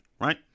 Right